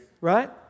Right